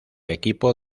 equipo